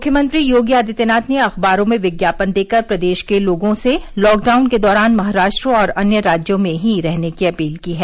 मुख्यमंत्री योगी आदित्यनाथ ने अखबारों में विज्ञापन देकर प्रदेश के लोगों से लॉकडाउन के दौरान महाराष्ट्र और अन्य राज्यों में ही रहने की अपील की है